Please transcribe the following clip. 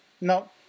no